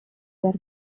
behar